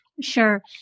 Sure